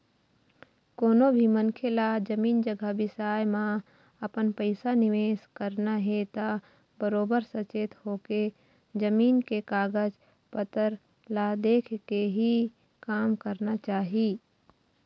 कोनो भी मनखे ल जमीन जघा बिसाए म अपन पइसा निवेस करना हे त बरोबर सचेत होके, जमीन के कागज पतर ल देखके ही काम करना चाही